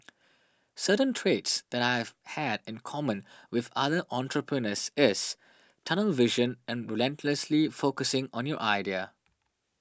certain traits that I have had in common with other entrepreneurs is tunnel vision and relentlessly focusing on your idea